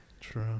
true